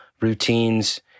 routines